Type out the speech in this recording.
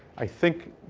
i think